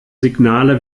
signale